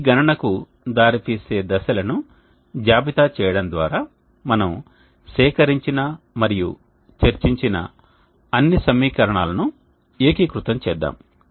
ఈ గణనకు దారితీసే దశలను జాబితా చేయడం ద్వారా మనం సేకరించిన మరియు చర్చించిన అన్ని సమీకరణాలను ఏకీకృతం చేద్దాం